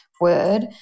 word